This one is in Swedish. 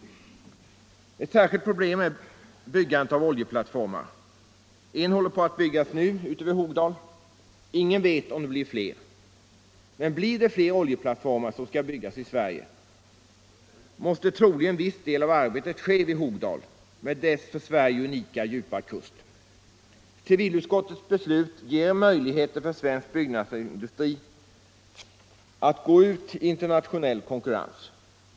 Ett särskilt problem är byggandet av oljeplattformar. En håller på att byggas nu ute vid Hogdal. Ingen vet om det blir fler. Men skall fler oljeplattformar byggas i Sverige, måste troligen viss del av arbetet ske vid Hogdal med dess för Sverige unika, djupa kust. Civilutskottets beslut ger möjligheter för svensk byggnadsindustri att gå ut i internationell konkurrens.